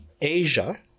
Asia